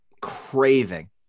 craving